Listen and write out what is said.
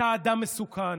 אתה אדם מסוכן.